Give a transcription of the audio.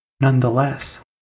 nonetheless